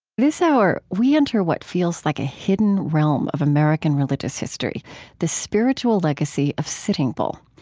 this hour, we enter what feels like a hidden realm of american religious history the spiritual legacy of sitting bull.